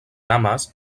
amas